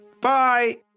Bye